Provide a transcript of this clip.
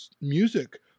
music